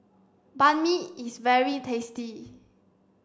Banh Mi is very tasty